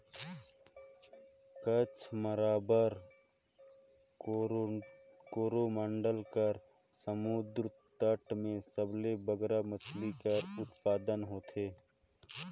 कच्छ, माराबार, कोरोमंडल कर समुंदर तट में सबले बगरा मछरी कर उत्पादन होथे